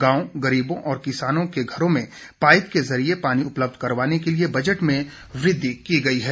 गांवों गरीबों और किसानों के घरों में पाईप के ज़रिए पानी उपलब्ध करवाने के लिए बजट में वृद्धि की गई है